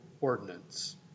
ordinance